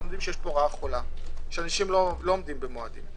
יש פה רעה חולה, שאנשים לא עומדים במועדים.